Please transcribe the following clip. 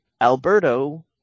Alberto